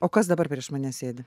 o kas dabar prieš mane sėdi